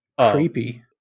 Creepy